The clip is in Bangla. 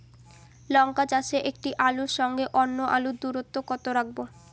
লঙ্কা চাষে একটি আলুর সঙ্গে অন্য আলুর দূরত্ব কত রাখবো?